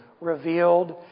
revealed